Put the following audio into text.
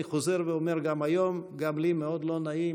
אני חוזר ואומר גם היום: גם לי מאוד לא נעים